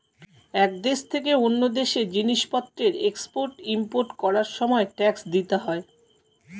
এক দেশ থেকে অন্য দেশে জিনিসপত্রের এক্সপোর্ট ইমপোর্ট করার সময় ট্যাক্স দিতে হয়